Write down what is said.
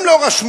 הם לא רשמו,